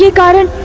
yeah goddess.